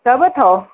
सभु अथव